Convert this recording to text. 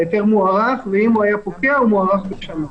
ההיתר מוארך, ואם הוא היה פוקע, הוא מוארך בשנה.